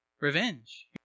Revenge